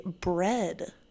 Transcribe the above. bread